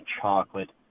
chocolate